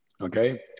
okay